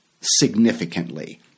significantly